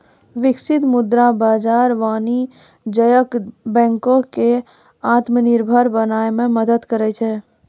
बिकसित मुद्रा बाजार वाणिज्यक बैंको क आत्मनिर्भर बनाय म मदद करै छै